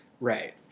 Right